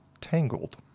Tangled